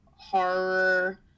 horror